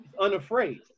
unafraid